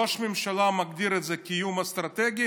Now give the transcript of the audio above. ראש הממשלה מגדיר את זה כאיום אסטרטגי